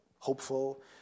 hopeful